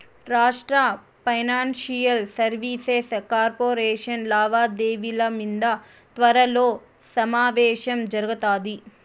రాష్ట్ర financial services corporation లావాదేవిల మింద త్వరలో సమావేశం జరగతాది